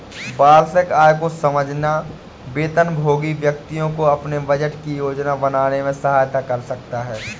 वार्षिक आय को समझना वेतनभोगी व्यक्तियों को अपने बजट की योजना बनाने में सहायता कर सकता है